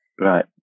Right